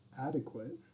adequate